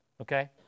Okay